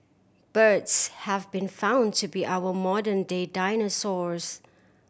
birds have been found to be our modern day dinosaurs